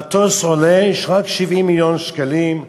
המטוס עולה רק 70 מיליון שקלים.